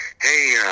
hey